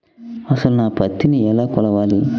అసలు నా పత్తిని ఎలా కొలవాలి?